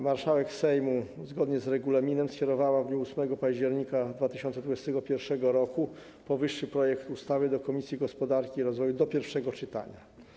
Marszałek Sejmu zgodnie z regulaminem skierowała w dniu 8 października 2021 r. powyższy projekt ustawy do Komisji Gospodarki i Rozwoju do pierwszego czytania.